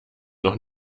noch